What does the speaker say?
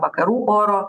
vakarų oro